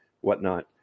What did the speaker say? whatnot